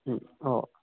മ്മ് ഓ